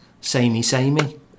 samey-samey